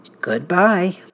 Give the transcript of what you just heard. Goodbye